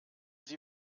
sie